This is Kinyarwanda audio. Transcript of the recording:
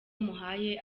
amuhaye